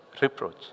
Reproach